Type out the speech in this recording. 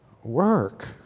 Work